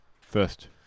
First